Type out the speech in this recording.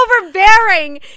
overbearing